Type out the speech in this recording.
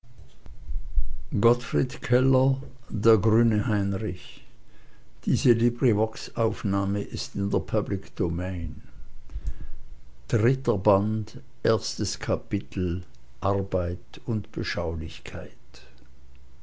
gast gewesen dritter band erstes kapitel arbeit und beschaulichkeit